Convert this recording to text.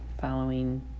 following